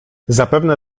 zapewne